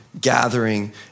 gathering